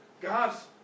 God's